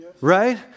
right